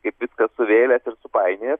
kaip viską suvėlęs ir supainiojęs